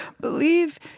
believe